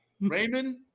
Raymond